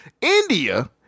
India